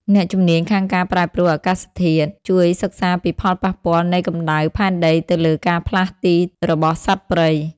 អ្នកជំនាញខាងការប្រែប្រួលអាកាសធាតុ ជួយសិក្សាពីផលប៉ះពាល់នៃកម្ដៅផែនដីទៅលើការផ្លាស់ទីរបស់សត្វព្រៃ។